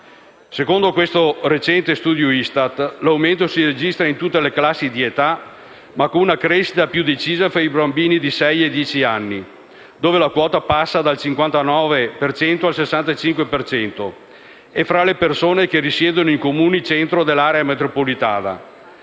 Secondo il recente studio Istat, l'aumento si registra in tutte le classi di età, ma con una crescita più decisa fra i bambini di sei-dieci anni (dove la quota passa da 59,5 per cento a 65,3 per cento) e fra le persone che risiedono in Comuni centro dell'area metropolitana.